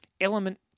element